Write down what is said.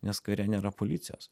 nes kare nėra policijos